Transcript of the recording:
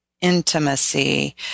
Intimacy